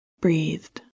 breathed